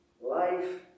life